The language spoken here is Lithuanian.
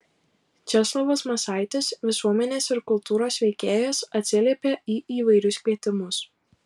česlovas masaitis visuomenės ir kultūros veikėjas atsiliepia į įvairius kvietimus